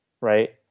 right